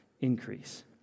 increase